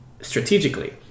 strategically